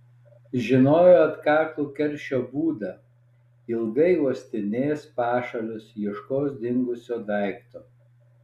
žinojo atkaklų keršio būdą ilgai uostinės pašalius ieškos dingusio daikto